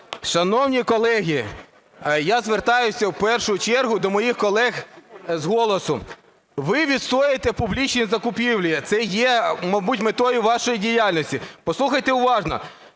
Шановні колеги, я звертаюсь в першу чергу до моїх колег з "Голосу". Ви відстоюєте публічні закупівлі, це є, мабуть, метою вашої діяльності. Послухайте уважно,